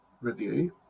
review